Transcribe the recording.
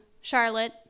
Charlotte